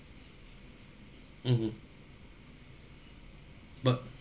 mmhmm but